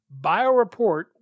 BioReport